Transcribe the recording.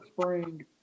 spring